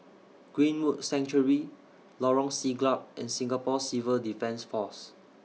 Greenwood Sanctuary Lorong Siglap and Singapore Civil Defence Force